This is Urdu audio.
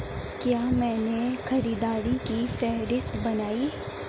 کیا میں نے خریداری کی فہرست بنائی